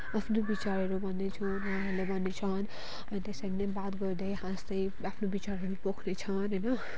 आफ्नो विचारहरू भन्नेछु उनीहरूले भन्ने छन् अनि त्यसरी नै बात गर्दै हाँस्दै आफ्नो विचारहरू पोख्नेछन् होइन